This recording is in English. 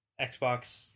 Xbox